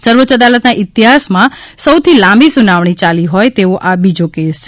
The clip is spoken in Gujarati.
સર્વોચ્ય અદાલતના ઇતિહાસમાં સૌથી લાંબી સુનાવણી ચાલી હોય તેવો આ બીજો કેસ છે